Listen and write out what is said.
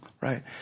right